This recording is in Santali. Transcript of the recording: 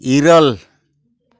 ᱤᱨᱟᱹᱞ